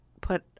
put